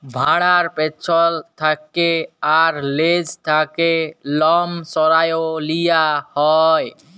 ভ্যাড়ার পেছল থ্যাকে আর লেজ থ্যাকে লম সরাঁয় লিয়া হ্যয়